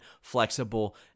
flexible